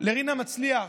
לרינה מצליח,